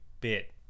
bit